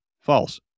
false